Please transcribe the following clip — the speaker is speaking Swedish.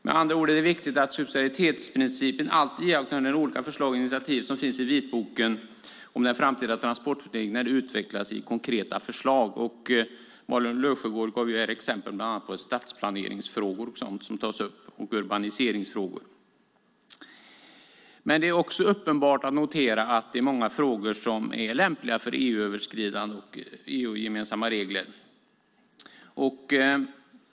Med andra ord är det viktigt att subsidiaritetsprincipen alltid gäller när de olika förslag och initiativ som finns i vitboken om den framtida transportpolitiken utvecklas till konkreta förslag. Malin Löfsjögård gav här exempel bland annat på stadsplaneringsfrågor och urbaniseringsfrågor. Det är också viktigt att notera att många frågor är lämpliga för gränsöverskridande och EU-gemensamma regler.